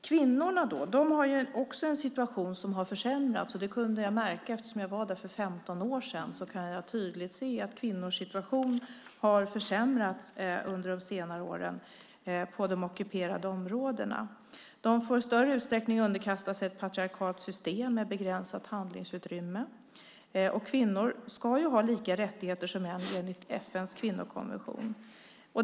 Kvinnorna har också en situation som har försämrats. Det kunde jag märka. Eftersom jag var där för 15 år sedan kan jag tydligt se att kvinnors situation har försämrats under de senare åren på de ockuperade områdena. De får i större utsträckning underkasta sig ett patriarkalt system med begränsat handlingsutrymme. Kvinnor ska ha lika rättigheter som män enligt FN:s kvinnokonvention.